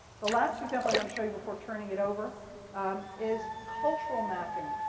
the last example i want to show you before turning it over is cultural mapping.